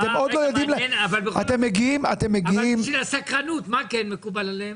בשביל הסקרנות, מה כן מקובל עליהם?